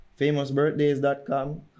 Famousbirthdays.com